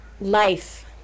life